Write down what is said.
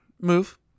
move